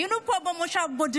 היינו פה בודדים במושב.